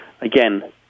again